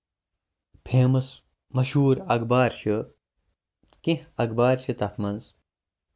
famous مَشہوٗر اَخبار چھُ کیٚنٛہہ اَخبار چھِ تَتھ منٛز